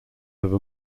have